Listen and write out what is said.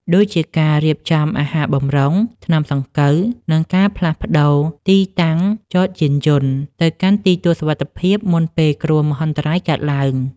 ដូចជាការរៀបចំអាហារបម្រុង ថ្នាំសង្កូវ និងការផ្លាស់ប្តូរទីតាំងចតយានយន្តទៅកាន់ទីទួលសុវត្ថិភាព មុនពេលគ្រោះមហន្តរាយកើតឡើង។